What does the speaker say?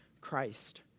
Christ